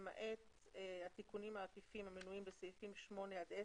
למעט התיקונים העקיפים המנויים בסעיפים 8 עד 10,